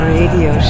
Radio